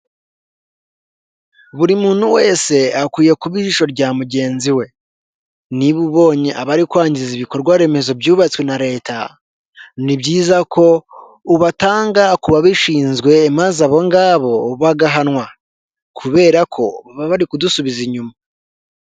Buri muntu wese akwiye kuba ijisho rya mugenzi we niba ubonye abari kwangiza ibikorwa remezo byubatswe na leta ni byiza ko ubatanga ku babishinzwe maze abo ngabo bagahanwa kubera ko baba bari kudusubiza inyuma.